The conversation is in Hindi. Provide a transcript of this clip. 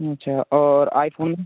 अच्छा और आईफोन